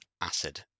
acid